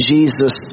Jesus